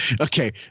okay